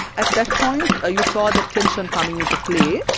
at that point ah you saw the tension coming into play,